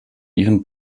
ihren